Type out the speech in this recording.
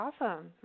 awesome